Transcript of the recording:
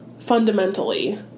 fundamentally